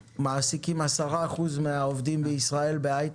10% מהעובדים בישראל מועסקים בהייטק,